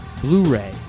Blu-ray